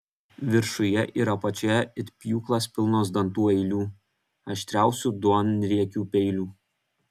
viršuje ir apačioje it pjūklas pilnos dantų eilių aštriausių duonriekių peilių